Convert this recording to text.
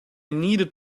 needed